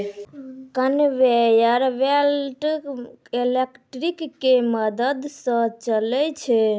conveyor belt electric के मदद स चलै छै